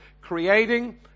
Creating